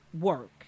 work